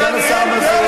סגן השר מזוז,